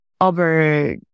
over